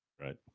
right